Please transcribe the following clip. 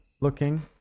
looking